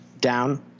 down